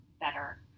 better